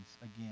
again